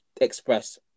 express